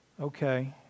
Okay